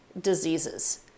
diseases